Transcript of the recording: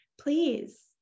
please